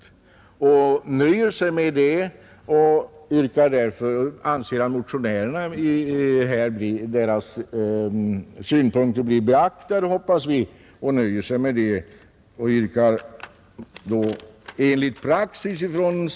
Utskottet nöjer sig med det och hoppas att motionärernas synpunkter blir beaktade.